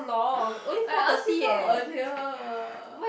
I ask you come earlier